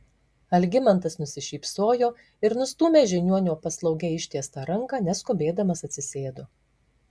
algimantas nusišypsojo ir nustūmęs žiniuonio paslaugiai ištiestą ranką neskubėdamas atsisėdo